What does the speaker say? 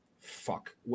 fuck